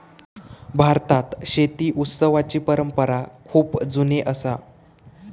भारतात शेती उत्सवाची परंपरा खूप जुनी असा